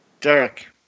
Derek